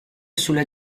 sulla